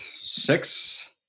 six